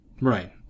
Right